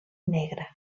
negra